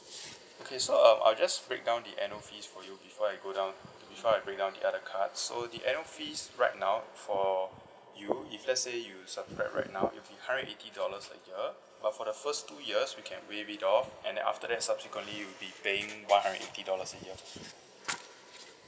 okay so err I'll just break down the annual fees for you before I go down before I break down the other card so the annual fees right now for you if let's say you subscribe right now it'll be hundred and eighty dollars a year but for the first two years we can waive it off and then after that subsequently you will be paying one hundred eighty dollars a year